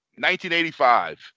1985